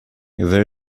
there